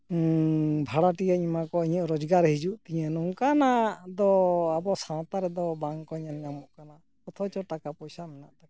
ᱵᱷᱟᱲᱟᱴᱤᱭᱟᱹᱧ ᱮᱢᱟ ᱠᱚᱣᱟ ᱤᱧᱟᱹᱜ ᱨᱚᱡᱽᱜᱟᱨ ᱦᱤᱡᱩᱜ ᱛᱤᱧᱟᱹ ᱱᱚᱝᱠᱟᱱᱟᱜ ᱫᱚ ᱟᱵᱚ ᱥᱟᱶᱛᱟ ᱨᱮᱫᱚ ᱵᱟᱝᱠᱚ ᱧᱮᱞ ᱧᱟᱢᱚᱜ ᱠᱟᱱᱟ ᱚᱛᱷᱚᱪᱚ ᱴᱟᱠᱟ ᱯᱚᱭᱥᱟ ᱢᱮᱱᱟᱜ ᱛᱟᱠᱚᱣᱟ